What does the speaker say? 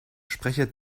sprecher